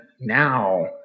now